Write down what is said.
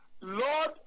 Lord